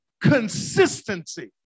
Consistency